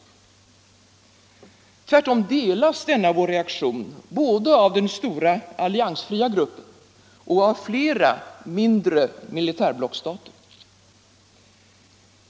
Tvärtom delas denna vår reaktion både av den stora alliansfria gruppen och av flera mindre militärblockstater.